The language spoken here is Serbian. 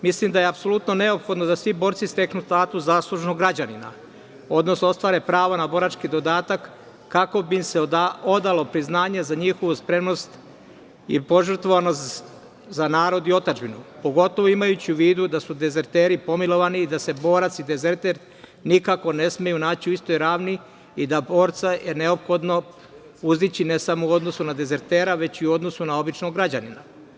Mislim da je apsolutno neophodno da svi borci steknu status zaslužnog građanina, odnosno ostvare pravo na borački dodatak kako bi im se odalo priznanje za njihovu spremnost i požrtvovanost za narod i otadžbinu, pogotovo imajući u vidu da su dezerteri pomilovani i da se borac i dezerter nikako ne smeju naći u istoj ravni i da je borca neophodno uzdići, ne samo u odnosu na dezertera, već i u odnosu na običnog građanina.